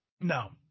No